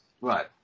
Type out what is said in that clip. Right